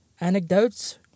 anecdotes